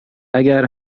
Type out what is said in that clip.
اگر